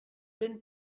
vent